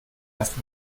erst